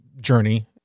journey